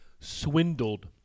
Swindled